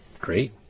great